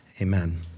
amen